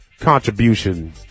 contribution